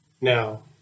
Now